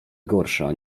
gorsza